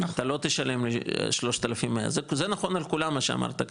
אתה לא תשלם לי 3,100 זה נכון על כולם מה שאמרת,